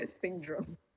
syndrome